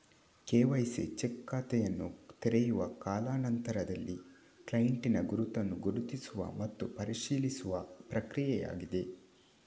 KYC check ಖಾತೆಯನ್ನು ತೆರೆಯುವ ಕಾಲಾ ನಂತರದಲ್ಲಿ ಕ್ಲೈಂಟಿನ ಗುರುತನ್ನು ಗುರುತಿಸುವ ಮತ್ತು ಪರಿಶೀಲಿಸುವ ಪ್ರಕ್ರಿಯೆಯಾಗಿದೆ